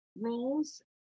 roles